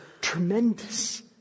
tremendous